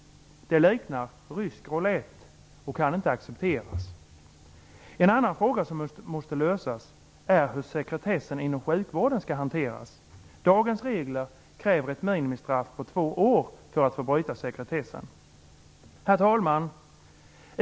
Detta liknar rysk roulette och kan inte accepteras. En annan fråga som måste lösas är hur sekretessen inom sjukvården skall hanteras. Dagens regler kräver ett minimistraff på två år för att sekretessen skall kunna brytas. Herr talman!